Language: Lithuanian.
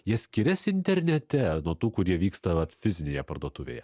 jie skiriasi internete nuo tų kurie vyksta vat fizinėje parduotuvėje